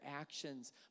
actions